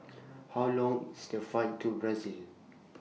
How Long IS The Flight to Brazil